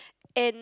and